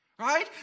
right